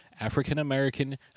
African-American